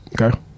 Okay